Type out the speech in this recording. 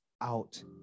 out